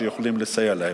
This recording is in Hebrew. שיכולים לסייע להם.